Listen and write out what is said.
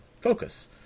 focus